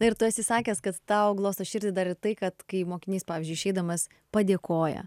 na ir tu esi sakęs kad tau glosto širdį dar ir tai kad kai mokinys pavyzdžiui išeidamas padėkoja